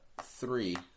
Three